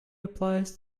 applies